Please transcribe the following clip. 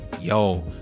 yo